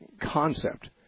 concept